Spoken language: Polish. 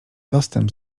dostęp